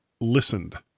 listened